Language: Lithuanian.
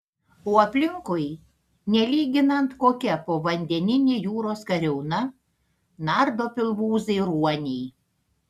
o aplinkui nelyginant kokia povandeninė jūros kariauna nardo pilvūzai ruoniai